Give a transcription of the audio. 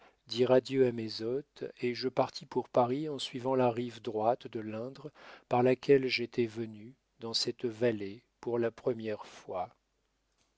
dire adieu à mes hôtes et je partis pour paris en suivant la rive droite de l'indre par laquelle j'étais venu dans cette vallée pour la première fois